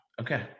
Okay